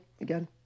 again